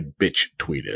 bitch-tweeted